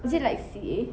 is it like C_A